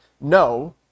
No